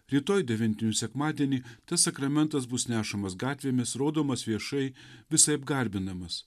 rytoj devintinių sekmadienį tas sakramentas bus nešamas gatvėmis rodomas viešai visaip garbinamas